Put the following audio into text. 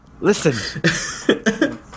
Listen